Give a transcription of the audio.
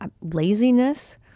laziness